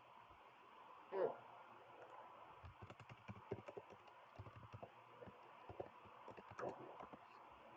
mm